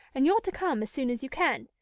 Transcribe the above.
and you're to come as soon as you can,